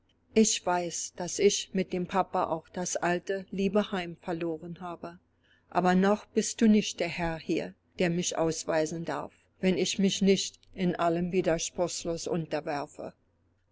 ich weiß daß ich mit dem papa auch das alte liebe heim verloren habe aber noch bist du nicht der herr hier der mich ausweisen darf wenn ich mich nicht in allem widerspruchslos unterwerfe